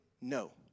No